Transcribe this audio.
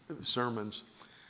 sermons